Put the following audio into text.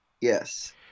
Yes